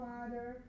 Father